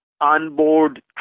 onboard